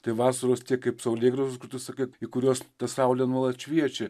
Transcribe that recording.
tai vasaros kaip saulėgrąžos kur tu sakai į kuriuos ta saulė nuolat šviečia